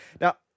Now